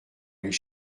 aller